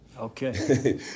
Okay